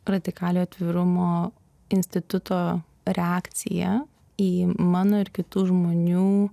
radikaliojo atvirumo instituto reakciją į mano ir kitų žmonių